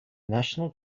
national